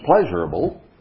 pleasurable